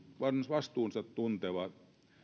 on vastuunsa tunteva